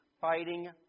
fighting